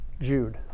Jude